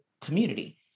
community